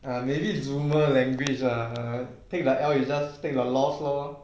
err maybe zoomer language err take the L is just take the loss lor